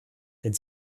denn